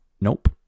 Nope